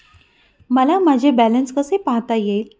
मला माझे बॅलन्स कसे पाहता येईल?